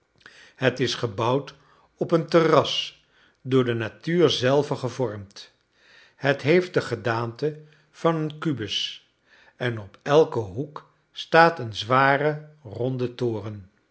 het is gebouwd op een terras door de natuur zelve gevormd het heeft de gedaante van een kubus en op elken hoek staat een zware ronde toren